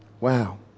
Wow